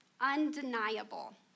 undeniable